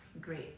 great